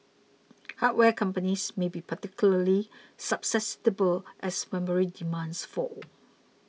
hardware companies may be particularly susceptible as memory demand falls